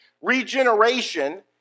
Regeneration